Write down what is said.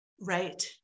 Right